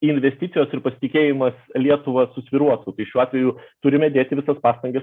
investicijos ir pasitikėjimas lietuva susvyruotų tai šiuo atveju turime dėti visas pastangas